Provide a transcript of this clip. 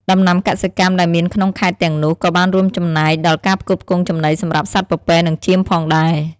ដំណាំកសិកម្មដែលមានក្នុងខេត្តទាំងនោះ ក៏បានរួមចំណែកដល់ការផ្គត់ផ្គង់ចំណីសម្រាប់សត្វពពែនិងចៀមផងដែរ។